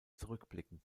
zurückblicken